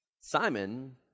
Simon